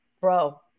bro